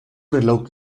reloj